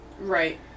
right